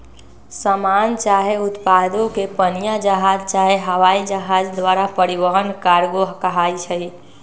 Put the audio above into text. समान चाहे उत्पादों के पनीया जहाज चाहे हवाइ जहाज द्वारा परिवहन कार्गो कहाई छइ